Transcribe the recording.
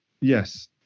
yes